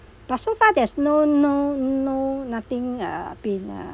but so far there's no no no nothing uh been uh